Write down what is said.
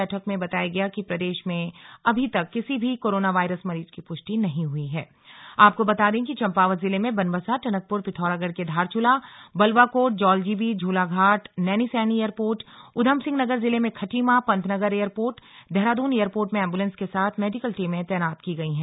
बैठक में बताया गया कि प्रदेश में अभी तक किसी भी कोरोना वायरस मरीज की पुष्टि नहीं हुई है आपको बता दें कि चम्पावत जिले में बनबसा टनकप्र पिथौरागढ़ के धारचूला बलुवाकोट जौलजीबी झूलाघाट नैनीसैणी एयरपोर्ट ऊधम सिंह नगर जिले में खटीमा पंतनगर एयरपोर्ट देहरादून एयरपोर्ट में एम्बुलेंस के साथ मेडिकल टीमें तैनात की गई हैं